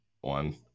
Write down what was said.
one